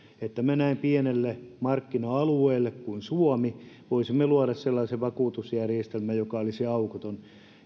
että me näin pienelle markkina alueelle kuin suomi voisimme luoda sellaisen vakuutusjärjestelmän joka olisi aukoton